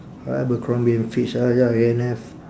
uh abercrombie and fitch ah ya A&F